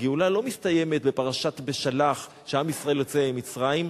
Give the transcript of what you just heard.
הגאולה לא מסתיימת בפרשת בשלח כשעם ישראל יוצא ממצרים,